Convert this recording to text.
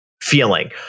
feeling